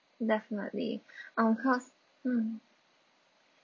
definitely um cause mm